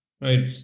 Right